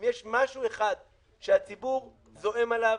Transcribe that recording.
אם יש משהו אחד שהציבור זועם עליו,